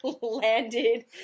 landed